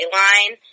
line